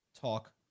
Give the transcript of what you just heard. talk